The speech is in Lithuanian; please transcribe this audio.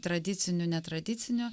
tradicinio netradicinio